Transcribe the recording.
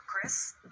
Chris